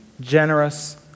generous